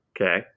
Okay